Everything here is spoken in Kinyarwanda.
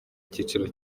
cyiciro